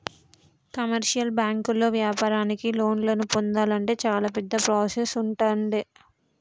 commercial బ్యాంకుల్లో వ్యాపారానికి లోన్లను పొందాలంటే చాలా పెద్ద ప్రాసెస్ ఉంటుండే